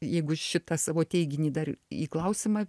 jeigu šitą savo teiginį dar į klausimą